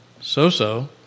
so-so